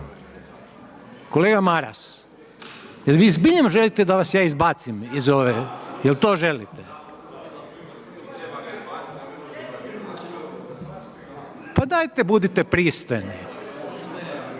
Kolega Maras, jer vi zbilja želite da vas ja izbacim? Jer to želite? …/Upadica se ne